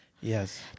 yes